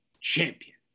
champion